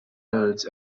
birds